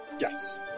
Yes